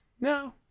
no